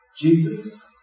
Jesus